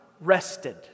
rested